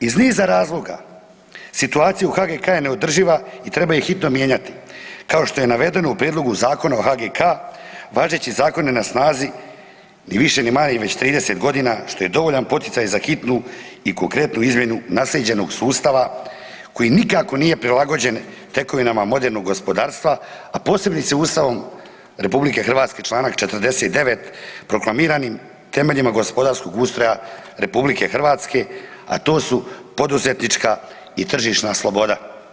Iz niza razloga situacija u HGK-a je neodrživa i treba ju hitno mijenjati kao što je navedeno u Prijedlogu zakona o HGK-a važeći zakon je na snazi ni više, ni manje već 30 godina što je dovoljan poticaj za hitnu i konkretnu izmjenu naslijeđenog sustava koji nikako nije prilagođen tekovinama modernog gospodarstva, a posebice Ustavom Republike Hrvatske članak 49. proklamiranim temeljima gospodarskog ustroja Republike Hrvatske, a to su poduzetnička i tržišna sloboda.